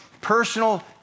personal